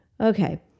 Okay